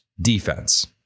defense